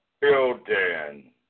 building